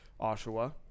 Oshawa